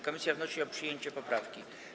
Komisja wnosi o przyjęcie poprawki.